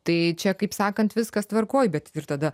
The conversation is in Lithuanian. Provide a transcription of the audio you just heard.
tai čia kaip sakant viskas tvarkoj bet juk ir tada